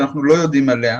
שאנחנו לא יודעים עליה.